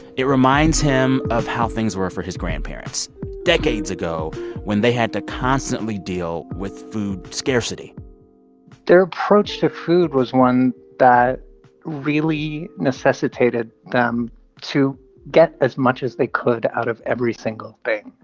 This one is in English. it reminds him of how things were for his grandparents decades ago when they had to constantly deal with food scarcity their approach to food was one that really necessitated them to get as much as they could out of every single thing.